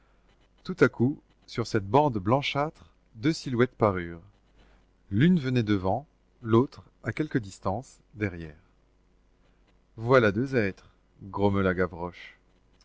tout à coup sur cette bande blanchâtre deux silhouettes parurent l'une venait devant l'autre à quelque distance derrière voilà deux êtres